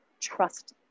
trust